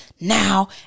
now